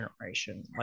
generation